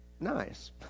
nice